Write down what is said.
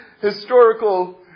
historical